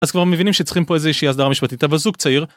אז כבר מבינים שצריכים פה איזה שהיא סדרה משפטית, אבל זוג צעיר.